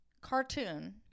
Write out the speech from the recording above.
cartoon